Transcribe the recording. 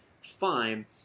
fine